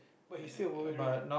but he still a warrant rank